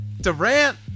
Durant